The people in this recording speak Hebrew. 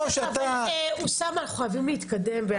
אוסאמה, אנחנו חייבים להתקדם.